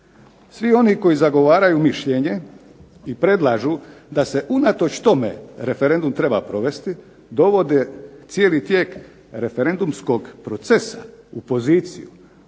Svi oni koji zagovaraju mišljenje i predlažu da se unatoč tome referendum treba provesti dovode cijeli tijek referendumskog procesa u poziciju